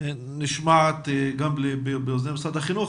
נשמעת גם באזני משרד החינוך.